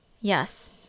Yes